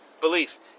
belief